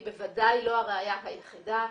הא בוודאי לא הראייה היחידה,